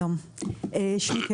שלום, שמי קרן,